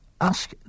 ask